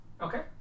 Okay